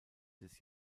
des